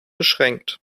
beschränkt